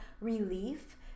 relief